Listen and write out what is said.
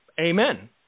amen